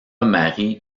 marie